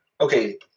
Okay